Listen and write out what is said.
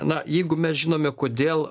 na jeigu mes žinome kodėl